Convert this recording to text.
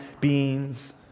beings